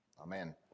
Amen